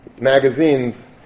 Magazines